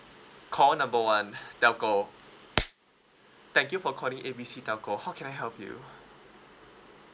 call number one telco thank you for calling A B C telco how can I help you